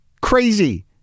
crazy